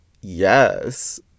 yes